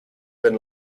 bin